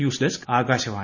news desk Akashvani